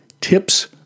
Tips